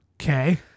Okay